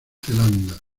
zelanda